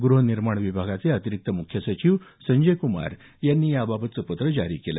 गृहनिर्माण विभागाचे अतिरिक्त मुख्य सचिव संजय कुमार यांनी याबाबतचं पत्र जारी केलं